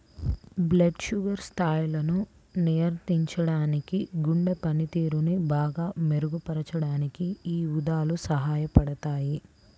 blood sugar స్థాయిల్ని నియంత్రించడానికి, గుండె పనితీరుని బాగా మెరుగుపరచడానికి యీ ఊదలు సహాయపడతయ్యి